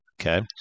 Okay